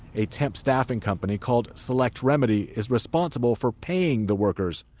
a temp staffing company called select remedy is responsible for paying the workers.